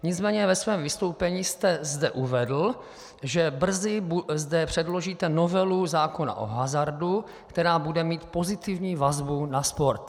Nicméně ve svém vystoupení jste zde uvedl, že brzy zde předložíte novelu zákona o hazardu, která bude mít pozitivní vazbu na sport.